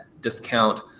discount